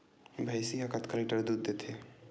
भंइसी हा कतका लीटर दूध देथे?